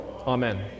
Amen